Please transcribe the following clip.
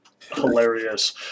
hilarious